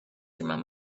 through